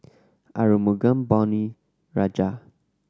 Arumugam Ponnu Rajah